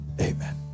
Amen